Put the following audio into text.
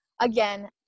again